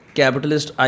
capitalist